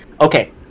Okay